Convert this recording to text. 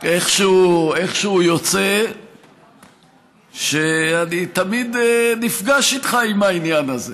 איכשהו יוצא שאני תמיד נפגש איתך בעניין הזה.